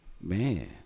man